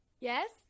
yes